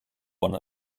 one